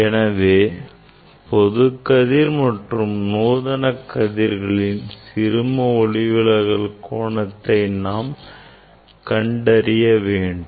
எனவே பொதுக் கதிர் மற்றும் நூதன கதிர்களின் சிறும ஒளிவிலகல் கோணத்தை நாம் கண்டறிய வேண்டும்